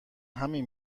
همین